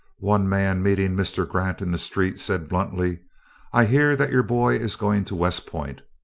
one man meeting mr. grant in the street, said bluntly i hear that your boy is going to west point.